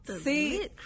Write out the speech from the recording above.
See